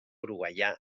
uruguaià